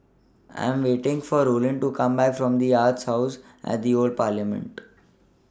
I Am waiting For Rollin to Come Back from The Arts House At The Old Parliament